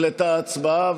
וצריך לומר להם מילה טובה,